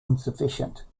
insufficient